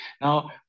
Now